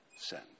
send